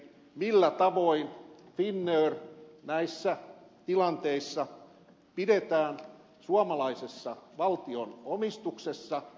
millä tavoin finnair näissä tilanteissa pidetään suomalaisessa valtion omistuksessa